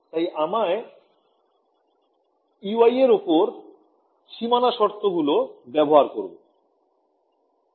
তাই আমায় Ey এর ওপর সীমানা শর্ত গুলো ব্যবহার করবো